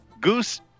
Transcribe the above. Goose